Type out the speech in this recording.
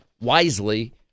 wisely